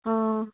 অঁ